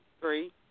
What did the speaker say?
Three